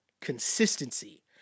Consistency